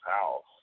house